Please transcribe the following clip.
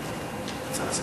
השר.